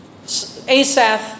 Asaph